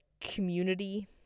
community